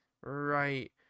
right